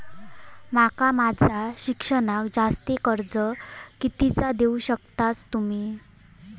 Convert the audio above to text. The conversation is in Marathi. माका माझा शिक्षणाक जास्ती कर्ज कितीचा देऊ शकतास तुम्ही?